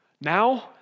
Now